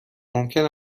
ممکن